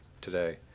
today